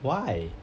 why